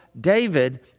David